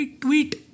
tweet